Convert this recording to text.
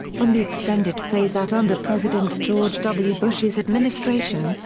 from the extended phase-out under president george w. bush's administration,